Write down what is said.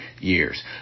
years